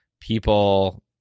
people